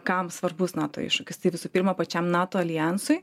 kam svarbus nato iššūkis tai visų pirma pačiam nato aljansui